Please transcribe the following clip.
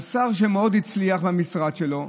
לשר שמאוד הצליח במשרד שלו,